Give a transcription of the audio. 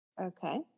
Okay